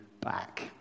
back